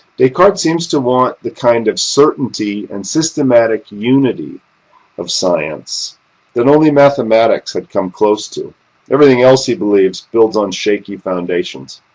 descartes seems to want the kind of certainty and systematic unity of science that only mathematics had come close to everything else, he believes, builds on shaky foundations.